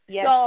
Yes